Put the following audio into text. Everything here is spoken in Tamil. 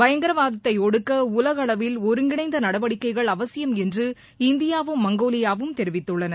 பயங்கரவாதத்தை ஒடுக்க உலகளவில் ஒருங்கிணைந்த நடவடிக்கைகள் அவசியம் என்று இந்தியாவும் மங்கோலியாவும் தெரிவித்துள்ளன